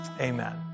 amen